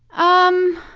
um,